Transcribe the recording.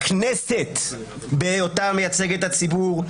"הכנסת בהיותה מייצגת הציבור.